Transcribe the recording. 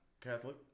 Catholic